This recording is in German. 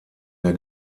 der